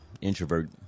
introvert